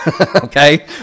okay